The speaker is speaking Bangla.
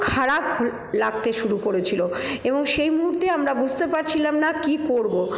খারাপ লাগতে শুরু করেছিল এবং সেই মুহুর্তে আমরা বুঝতে পারছিলাম না কি করব